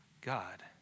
God